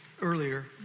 earlier